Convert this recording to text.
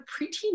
preteen